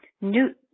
New